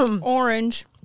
orange